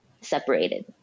separated